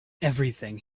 everything